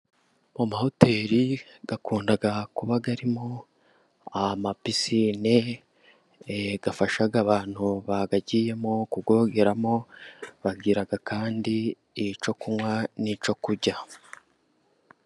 Mu mahoteri gakunda kuba arimo amapisine afasha abantu bayagiyemo kuyogeramo, bagira kandi icyo kunywa n'icyo kurya.